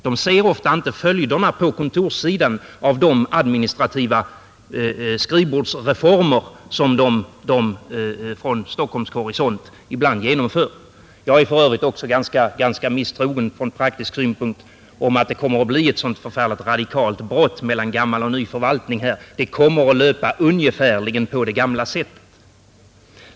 De ser ofta inte följderna på kontorssidan av de administrativa skrivbordsreformer som de från stockholmsk horisont ibland genomför. Från rent praktisk synpunkt tvivlar jag också på att det kommer att bli ett så radikalt brott mellan gammal och ny förvaltning i detta fall. Det kommer säkerligen att löpa ungefärligen på det gamla sättet.